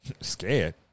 Scared